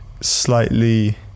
slightly